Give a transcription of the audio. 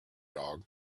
dog